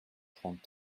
trente